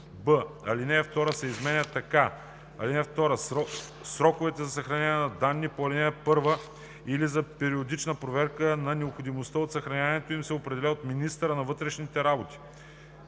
б) алинея 2 се изменя така: „(2) Сроковете за съхранение на данните по ал. 1 или за периодична проверка на необходимостта от съхранението им се определят от министъра на вътрешните работи.